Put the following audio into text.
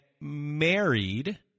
married